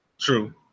True